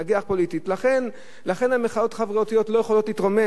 לכן המחאות החברתיות לא יכולות להתרומם, זה הבעיה.